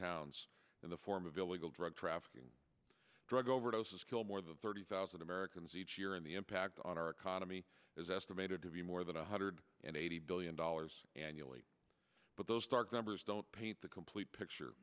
towns in the form of illegal drug trafficking drug overdoses kill more than thirty thousand americans each year and the impact on our economy is estimated to be more than one hundred and eighty billion dollars annually but those stark numbers don't paint the complete picture